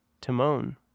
Timon